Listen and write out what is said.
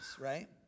right